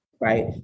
right